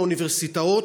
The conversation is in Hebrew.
האוניברסיטאות,